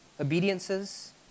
Obediences